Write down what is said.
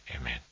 Amen